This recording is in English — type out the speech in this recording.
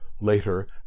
later